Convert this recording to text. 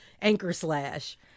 anchor-slash